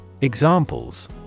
Examples